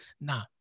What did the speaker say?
Nah